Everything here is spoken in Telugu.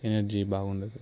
ఎనర్జీ బాగా ఉండదు